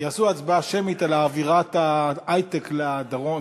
יעשו הצבעה שמית על העברת ההיי-טק לדרום.